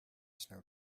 snow